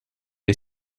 est